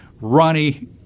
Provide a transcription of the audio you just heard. Ronnie